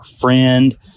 friend